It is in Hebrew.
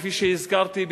כפי שהזכרתי,